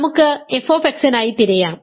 നമുക്ക് f നായി തിരയാം